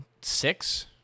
Six